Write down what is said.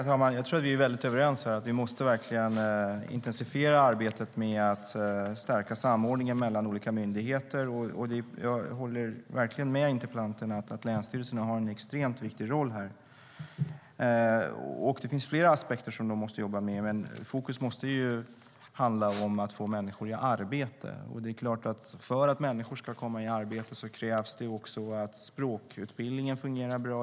Herr talman! Jag tror att jag och Roger Haddad är överens om att vi verkligen måste intensifiera arbetet med att stärka samordningen mellan olika myndigheter. Jag håller också med interpellanten om att länsstyrelserna har en extremt viktig roll här. Det finns flera aspekter som de måste jobba med. Men fokus måste ligga på att få människor i arbete. För att människor ska komma i arbete krävs det såklart att språkutbildningen fungerar bra.